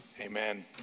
amen